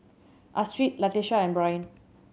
Astrid Latisha and Byron